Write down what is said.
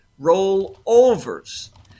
rollovers